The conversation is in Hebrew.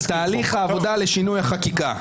על תהליך העבודה לשינוי החקיקה.